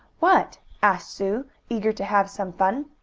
what? asked sue, eager to have some fun.